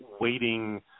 waiting